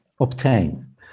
obtain